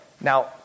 Now